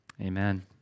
Amen